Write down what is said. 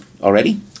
already